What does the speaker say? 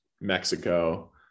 Mexico